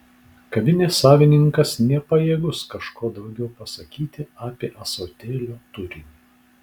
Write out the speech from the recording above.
kavinės savininkas nepajėgus kažko daugiau pasakyti apie ąsotėlio turinį